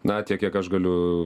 na tiek kiek aš galiu